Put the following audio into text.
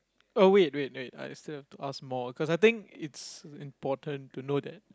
oh wait wait wait I still have to ask more cause I think it's important to know that